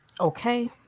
Okay